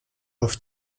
auf